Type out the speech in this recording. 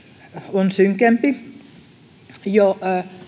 on synkempi jo